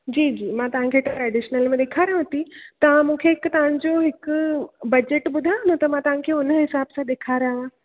जी जी मां तव्हांखे ट्रैडिशनल में ॾेखारियांव थी तव्हां मूंखे हिकु तव्हांजो हिकु बजट ॿुधायो न त मां तव्हांखे हुन हिसाब सां ॾेखारियांव